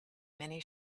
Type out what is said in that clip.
many